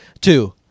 two